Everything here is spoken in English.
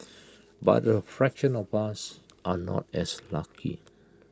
but A fraction of us are not as lucky